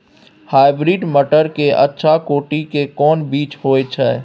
Hybrid मटर के अच्छा कोटि के कोन बीज होय छै?